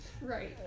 Right